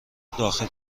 داخل